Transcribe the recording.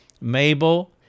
Mabel